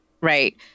right